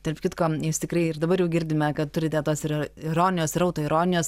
tarp kitko jūs tikrai ir dabar jau girdime kad turite tos ir ironijos ir autoironijos